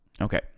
Okay